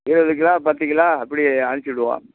இருபது கிலோ பத்துக்கிலோ இப்படி அனுப்பிச்சிடுவோம்